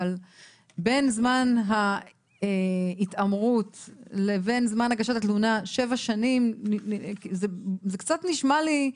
אבל בין זמן ההתעמרות לבין זמן הגשת התלונה שבע שנים זה קצת נשמע לי,